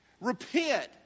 Repent